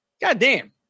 goddamn